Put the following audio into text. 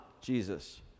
Jesus